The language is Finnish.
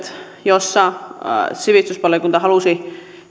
joissa sivistysvaliokunta halusi